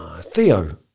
Theo